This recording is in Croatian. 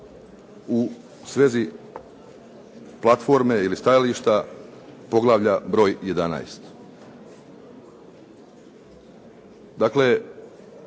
u svezi platforme ili stajališta Poglavlja broj 11. Dakle,